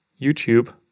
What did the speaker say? YouTube